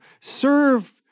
Serve